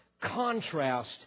contrast